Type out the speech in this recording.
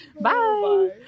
bye